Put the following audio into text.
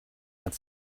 had